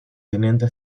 teniente